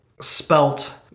spelt